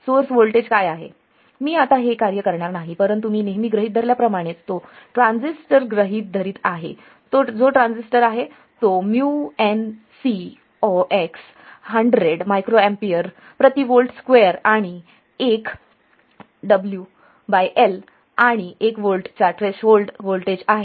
आणि source voltage काय आहे मी आता हे कार्य करणार नाही परंतु मी नेहमी गृहित धरल्या प्रमाणे तोच ट्रान्झिस्टर गृहीत धरत आहे जो ट्रान्झिस्टर आहे तो mu n C ox 100 microampere प्रति व्होल्ट स्क्वेअर आणि 1 WL आणि 1 व्होल्टचा थ्रेशोल्ड व्होल्टेज आहे